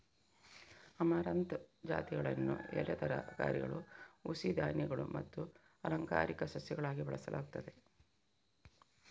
amaranth ಜಾತಿಗಳನ್ನು ಎಲೆ ತರಕಾರಿಗಳು, ಹುಸಿ ಧಾನ್ಯಗಳು ಮತ್ತು ಅಲಂಕಾರಿಕ ಸಸ್ಯಗಳಾಗಿ ಬೆಳೆಸಲಾಗುತ್ತದೆ